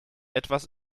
etwas